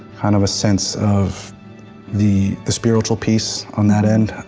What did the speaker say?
kind of a sense of the the spiritual peace on that end,